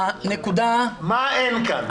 אין כאן,